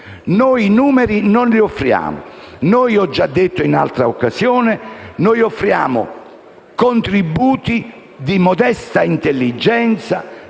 Noi non offriamo i numeri. L'ho già detto in altra occasione: noi offriamo contributi di modesta intelligenza